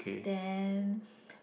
then